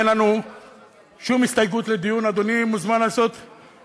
אין לי שום כוונה לבטא את דעתי במקרה הזה.